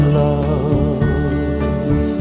love